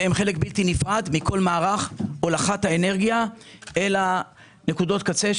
שהן חלק בלתי נפרד מכל מערך הולכת האנרגיה אל נקודות הקצה,